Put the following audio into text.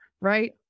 right